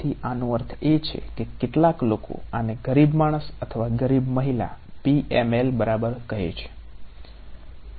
તેથી આનો અર્થ એ છે કે કેટલાક લોકો આને ગરીબ માણસ અથવા ગરીબ મહિલા PML બરાબર કહે છે